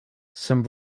some